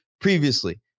previously